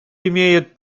имеет